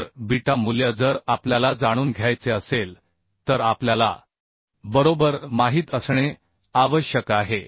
तर बीटा मूल्य जर आपल्याला जाणून घ्यायचे असेल तर आपल्याला शियर लॅगची रुंदी आणि लांबी Lc बरोबर माहित असणे आवश्यक आहे